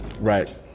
right